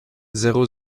zéro